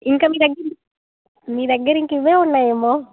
ఇంకా మీ దగ్గర మీ దగ్గర ఇంకా ఇవే ఉన్నాయేమో